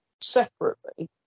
separately